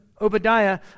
Obadiah